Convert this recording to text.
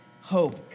hope